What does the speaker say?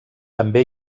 també